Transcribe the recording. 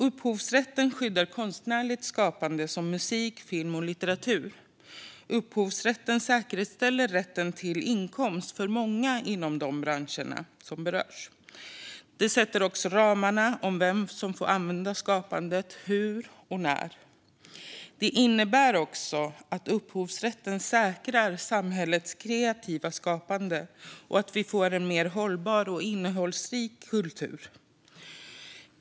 Upphovsrätten skyddar konstnärligt skapande som musik, film och litteratur. Upphovsrätten säkerställer rätten till inkomst för många inom de branscher som berörs. Den sätter ramarna för vem som får använda skapandet och hur och när. Upphovsrätten säkrar också samhällets kreativa skapande och att vi får en mer hållbar och innehållsrik kultur.